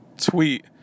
tweet